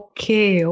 Okay